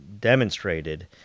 demonstrated